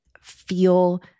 feel